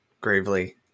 Gravely